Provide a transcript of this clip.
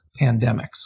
pandemics